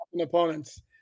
opponents